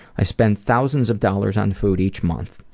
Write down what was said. i spend thousands of dollars on food each month.